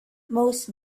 most